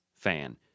fan